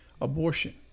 Abortion